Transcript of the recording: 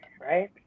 right